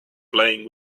playing